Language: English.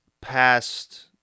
past